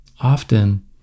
often